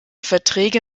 verträge